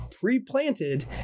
pre-planted